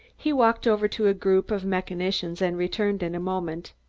he walked over to a group of mechanicians and returned in a moment.